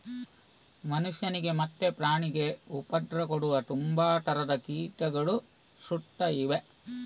ಮನುಷ್ಯನಿಗೆ ಮತ್ತೆ ಪ್ರಾಣಿಗೆ ಉಪದ್ರ ಕೊಡುವ ತುಂಬಾ ತರದ ಕೀಟಗಳು ಸುತ್ತ ಇವೆ